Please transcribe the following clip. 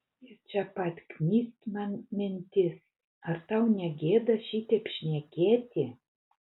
ir čia pat knyst man mintis ar tau negėda šitaip šnekėti